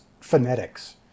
Phonetics